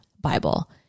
Bible